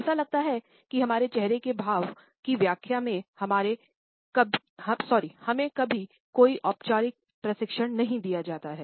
ऐसा लगता है कि हमारे चेहरे के भाव की व्याख्या में हमें कभी कोई औपचारिक प्रशिक्षण नहीं दिया जाता है